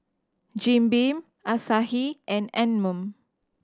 Jim Beam Asahi and Anmum